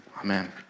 Amen